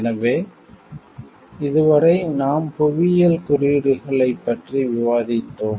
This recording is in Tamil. எனவே இதுவரை நாம் புவியியல் குறியீடுகளைப் ஜியோகிராபிகள் இண்டிகேசன் பற்றி விவாதித்தோம்